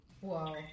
Wow